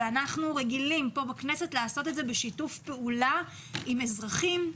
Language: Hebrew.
אנחנו רגילים כאן בכנסת לעשות את זה בשיתוף פעולה עם אזרחים,